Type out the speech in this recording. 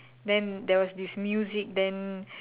then there was this music then